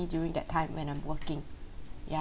during that time when I'm working ya